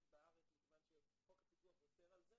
בארץ מכוון שחוק הפיקוח אוסר על זה.